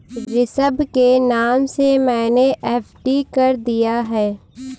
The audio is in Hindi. ऋषभ के नाम से मैने एफ.डी कर दिया है